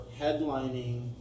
headlining